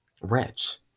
rich